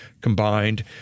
combined